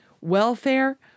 welfare